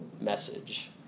message